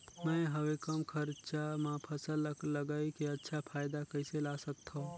मैं हवे कम खरचा मा फसल ला लगई के अच्छा फायदा कइसे ला सकथव?